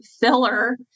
filler